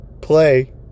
play